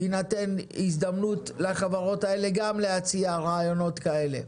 תינתן הזדמנות לחברות האלה גם להציע רעיונות כאלה.